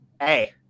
Hey